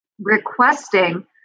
requesting